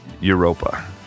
Europa